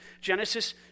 Genesis